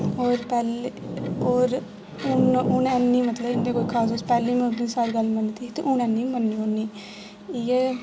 होर पैह्ले होर हून हून हैनी मतलब उं'दी कोई खास पैह्ले में उं'दी सारी गल्ल मन्नदी ते हून हैनी मन्ननी होन्नी इ'यै